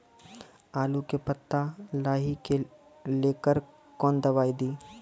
आलू के पत्ता लाही के लेकर कौन दवाई दी?